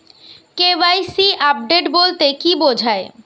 KYC update বলতে কি বোঝায়?